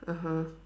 (uh huh)